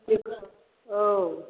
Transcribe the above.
औ